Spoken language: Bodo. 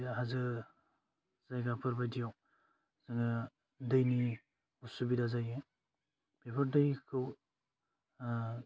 हाजो जायगाफोर बायदियाव नो दैनि उसुबिदा जायो बेफोर दैखौ ओह